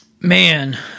Man